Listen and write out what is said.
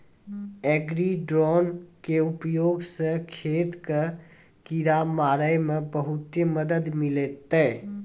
agri drone के उपयोग स खेत कॅ किड़ा मारे मॅ बहुते मदद मिलतै